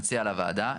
נציע לוועדה.